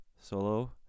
solo